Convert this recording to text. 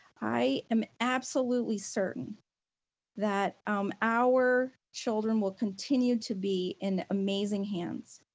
i am absolutely certain that um our children will continue to be in amazing hands.